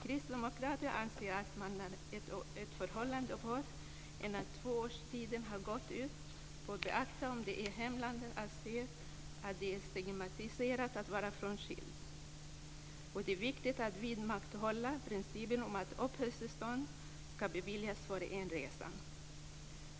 Kristdemokraterna anser att man i de fall där ett förhållande upphör innan dess att två års tid har gått bör beakta ifall man i hemlandet anser att det är stigmatiserat att vara frånskild. Det är viktigt att vidmakthålla principen om att uppehållstillstånd ska beviljas före inresan.